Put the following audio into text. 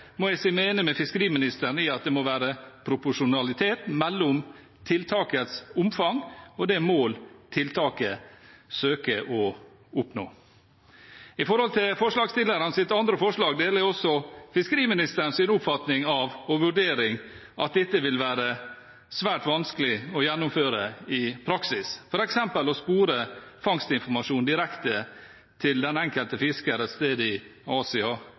må jeg si meg enig med fiskeriministeren i at det må være proporsjonalitet mellom tiltakets omfang og det mål tiltaket søker å oppnå. Med hensyn til forslagsstillernes andre forslag: Jeg deler også fiskeriministerens oppfatning – og vurdering – av at dette vil være svært vanskelig å gjennomføre i praksis, f.eks. å spore fangstinformasjon direkte til den enkelte fisker et sted i Asia